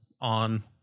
on